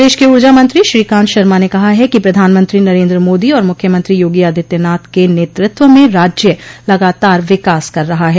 प्रदेश के ऊर्जा मंत्री श्रीकान्त शर्मा ने कहा है कि प्रधानमंत्री नरेन्द्र मोदी और मुख्यमंत्री योगी आदित्यनाथ के नेतृत्व में राज्य लगातार विकास कर रहा है